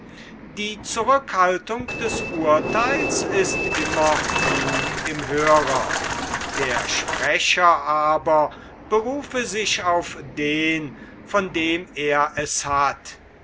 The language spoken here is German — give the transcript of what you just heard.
die zurückhaltung des urtheils ist immer klug im hörer der sprecher aber berufe sich auf den von dem er es hat